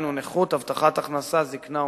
דהיינו נכות, הבטחת הכנסה, זיקנה ומזונות.